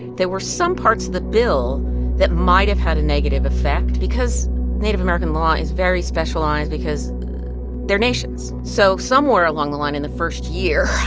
there were some parts of the bill that might have had a negative effect because native american law is very specialized because they're nations. so somewhere along the line, in the first year,